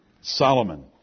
Solomon